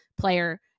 player